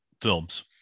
films